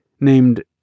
named